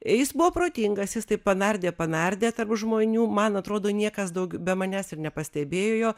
jis buvo protingas jis taip panardė panardė tarp žmonių man atrodo niekas daug be manęs ir nepastebėjo jo